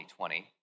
2020